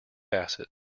bassett